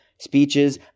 speeches